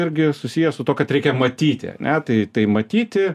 irgi susiję su tuo kad reikia matyti ane tai tai matyti